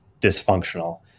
dysfunctional